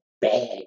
bad